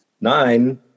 Nine